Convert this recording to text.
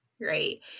Right